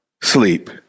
sleep